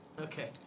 Okay